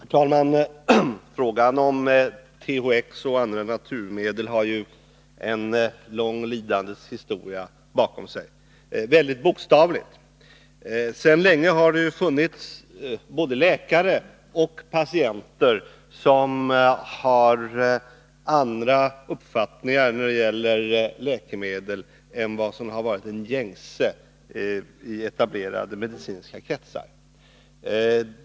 Herr talman! Frågan om THX och andra naturmedel har en lång lidandets historia bakom sig — bokstavligt talat. Sedan länge har det funnits både läkare och patienter som har andra uppfattningar när det gäller läkemedel än dem som varit de gängse i etablerade medicinska kretsar.